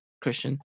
Christian